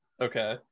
okay